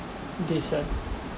this uh